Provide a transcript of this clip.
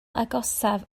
agosaf